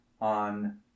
on